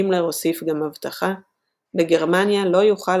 הימלר הוסיף גם הבטחה "בגרמניה לא יוכל